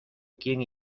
quién